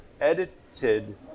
edited